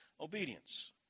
obedience